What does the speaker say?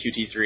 QT3